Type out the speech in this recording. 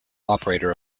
operator